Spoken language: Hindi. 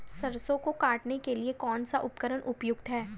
सरसों को काटने के लिये कौन सा उपकरण उपयुक्त है?